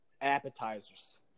appetizers